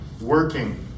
working